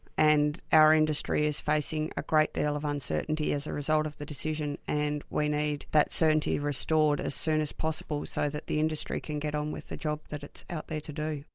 and our industry is facing a great deal of uncertainty as a result of the decision, and we need that certainty restored as soon as possible so that the industry can get on with the job that it's out there to do.